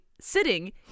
sitting